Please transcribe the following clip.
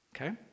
okay